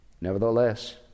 Nevertheless